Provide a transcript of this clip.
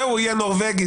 והוא יהיה נורבגי.